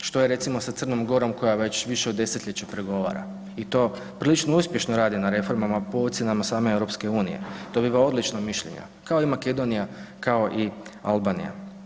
Što je recimo sa Crnom Gorom koja već više od desetljeća pregovara i to prilično uspješno radi na reformama po ocjenama same EU, dobiva odlična mišljenja, kao i Makedonija, kao i Albanija.